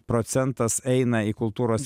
procentas eina į kultūros